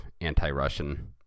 anti-Russian